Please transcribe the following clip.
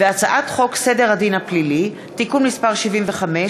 הצעת חוק סדר הדין הפלילי (תיקון מס' 75),